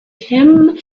him